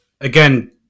again